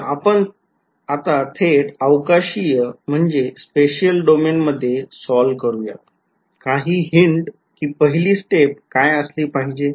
तर आपण थेट अवकाशीय म्हणजे spatial डोमेन मध्ये सॉल्व्ह करूयात काही हिंट के पहिली स्टेप काय असली पाहिजे